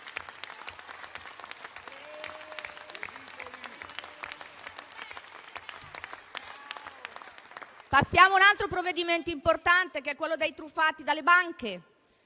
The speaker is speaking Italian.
Passiamo a un altro provvedimento importante, quello per i truffati dalle banche.